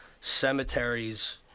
cemeteries